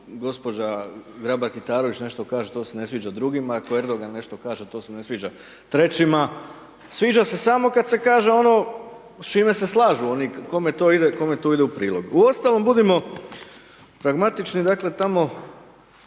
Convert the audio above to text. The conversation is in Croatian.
ako gospođa Grabar Kitarović nešto kaže to se ne sviđa drugima, ako Erdogan nešto kaže to se ne sviđa trećima, sviđa se samo kada se kaže ono s čime se slažu oni kome to ide u prilog. Uostalom budimo pragmatični dakle tamo